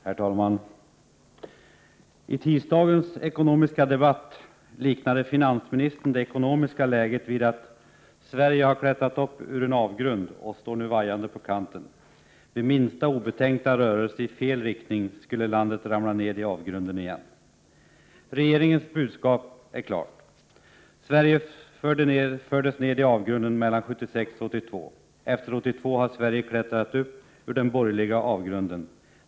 Herr talman! I tisdagens ekonomiska debatt liknade finansministern det ekonomiska läget vid att Sverige har klättrat upp ur en avgrund och nu står vajande på kanten. Vid minsta obetänkta rörelse i fel riktning skulle landet ramla ned i avgrunden igen. Regeringens budskap är klart: Sverige fördes ned i avgrunden mellan åren 1976 och 1982. Efter 1982 har Sverige klättrat upp ur den ”borgerliga avgrunden”.